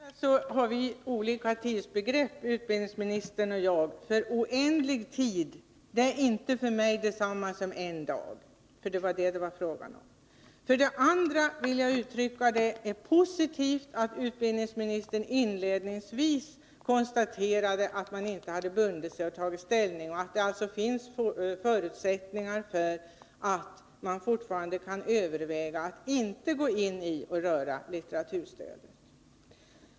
Herr talman! För det första har utbildningsministern och jag olika tidsbegrepp. Oändlig tid är för mig inte detsamma som en dag — det var vad det var fråga om. För det andra är det positivt att utbildningsministern i interpellationssvaret klart uttalat att han ännu inte tagit ställning. Det finns alltså fortfarande förutsättningar för att man inte skall behöva gå in och röra litteraturstödet.